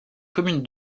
commune